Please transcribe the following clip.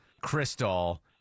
Crystal